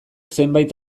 zenbait